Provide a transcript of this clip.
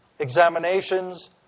examinations